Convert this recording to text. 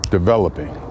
Developing